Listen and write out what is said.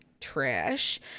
trash